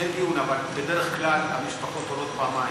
אין דיון, אבל בדרך כלל המשפחות עולות פעמיים,